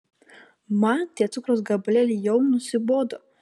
man tie cukraus gabalėliai jau nusibodo